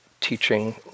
teaching